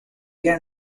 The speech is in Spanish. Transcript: vida